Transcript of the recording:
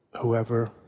whoever